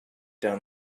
down